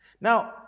now